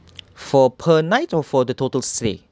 for per night or for the total stay